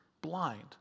blind